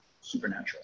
supernatural